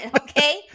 okay